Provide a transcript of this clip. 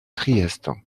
trieste